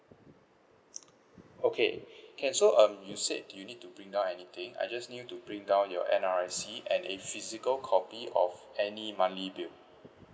okay can so um you said do you need to bring down anything I just need you to bring down your N_R_I_C and a physical copy of any monthly bill